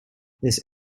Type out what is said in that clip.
this